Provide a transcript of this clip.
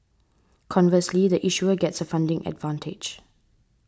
conversely the issuer gets funding advantage